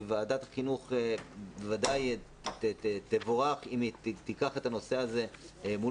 וועדת החינוך ודאי תבורך אם היא תיקח את הנושא הזה מול